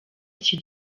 iki